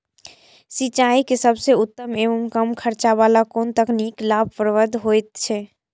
सिंचाई के सबसे उत्तम एवं कम खर्च वाला कोन तकनीक लाभप्रद होयत छै?